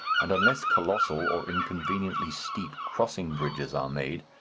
and unless colossal or inconveniently steep crossing-bridges are made,